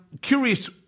curious